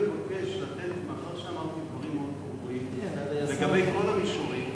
מאחר שאמרנו דברים מאוד ברורים לגבי כל המישורים,